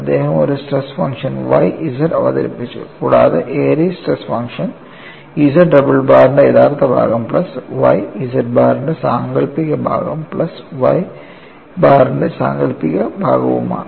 അദ്ദേഹം ഒരു stress function Y z അവതരിപ്പിച്ചു കൂടാതെ Airy's stress function Z double ബാറിന്റെ യഥാർത്ഥ ഭാഗം പ്ലസ് y Z ബാറിന്റെ സാങ്കൽപ്പിക ഭാഗം പ്ലസ് Y ബാറിന്റെ സാങ്കൽപ്പിക ഭാഗവുമാണ്